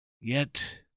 Yet